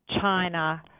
China